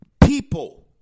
people